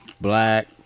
black